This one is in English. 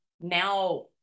now